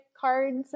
cards